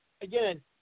again